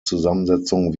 zusammensetzung